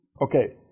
okay